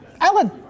Alan